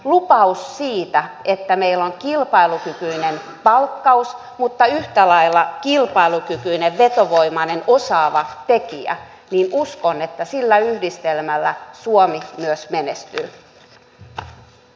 lupaus siitä että meillä on kilpailukykyinen palkkaus mutta yhtä lailla kilpailukykyinen vetovoimainen osaava tekijä uskon että sillä yhdistelmällä suomi myös menestyy